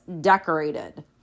decorated